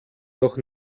noch